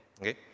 okay